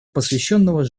посвященного